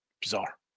Bizarre